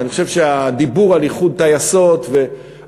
ואני חושב שהדיבור על איחוד טייסות ועל